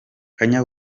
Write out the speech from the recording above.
kanye